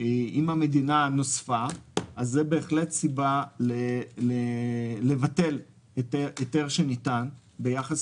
המדינה נוספה אז זו בהחלט סיבה לבטל את ההיתר שניתן ביחס